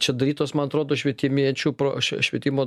čia darytos man atrodo švietimiečių pro švie švietimo